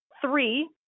Three